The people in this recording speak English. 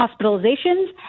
hospitalizations